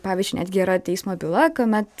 pavyzdžiui netgi yra teismo byla kuomet